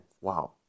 wow